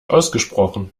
ausgesprochen